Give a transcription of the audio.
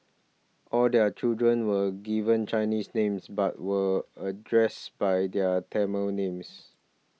all their children were given Chinese names but were addressed by their Tamil names